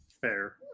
fair